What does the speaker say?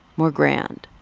more grand